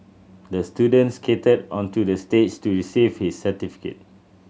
the student skated onto the stage to receive his certificate